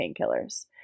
painkillers